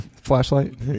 flashlight